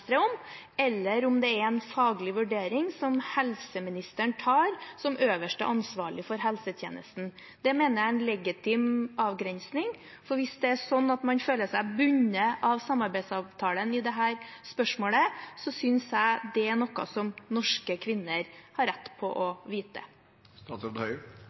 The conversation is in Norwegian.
om, eller om det er en faglig vurdering som helseministeren tar som øverste ansvarlige for helsetjenesten. Det mener jeg er en legitim avgrensning. Hvis det er slik at man føler seg bundet av samarbeidsavtalen i dette spørsmålet, synes jeg det er noe som norske kvinner har rett